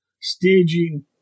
staging